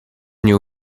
nie